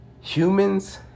Humans